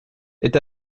est